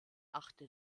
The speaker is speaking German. achte